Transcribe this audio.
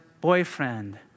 boyfriend